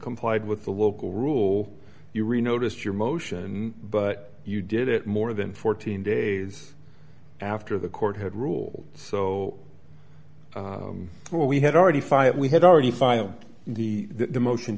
complied with the local rule you re noticed your motion but you did it more than fourteen days after the court had ruled so well we had already five we had already filed the motion